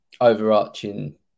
overarching